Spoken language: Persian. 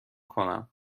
کنم